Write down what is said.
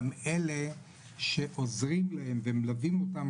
גם אלה שעוזרים להם ומלווים אותם,